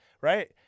right